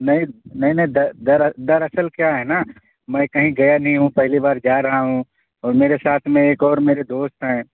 نہیں نہیں نہیں د در دراصل کیا ہے نا میں کہیں گیا نہیں ہوں پہلی بار جا رہا ہوں اور میرے ساتھ میں ایک اور میرے دوست ہیں